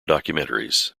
documentaries